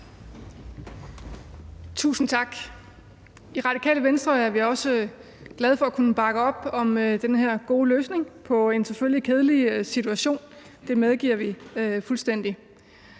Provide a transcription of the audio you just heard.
Tusind tak. I Radikale Venstre er vi også glade for at kunne bakke op om den her gode løsning på en selvfølgelig kedelig situation – det medgiver vi fuldstændig.